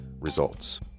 Results